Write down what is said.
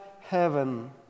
heaven